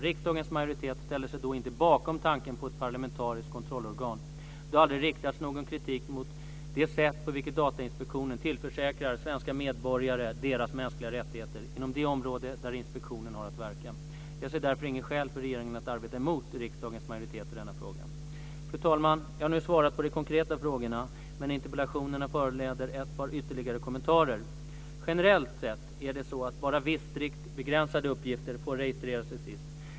Riksdagens majoritet ställde sig då inte bakom tanken på ett parlamentariskt kontrollorgan. Det har aldrig riktats någon kritik mot det sätt på vilket Datainspektionen tillförsäkrar svenska medborgare deras mänskliga rättigheter inom det område där inspektionen har att verka. Jag ser därför inget skäl för regeringen att arbeta emot riksdagens majoritet i denna fråga. Fru talman! Jag har nu svarat på de konkreta frågorna, men interpellationerna föranleder ett par ytterligare kommentarer. Generellt sett är det så att bara vissa strikt begränsade uppgifter får registreras i SIS.